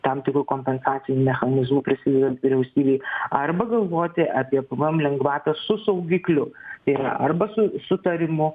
tam tikrų kompensacinių mechanizmų prisidedant vyriausybei arba galvoti apie pvm lengvatą su saugikliu tai yra arba su sutarimu